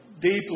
deeply